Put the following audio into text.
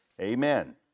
amen